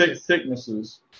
thicknesses